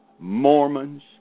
Mormons